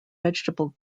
vegetable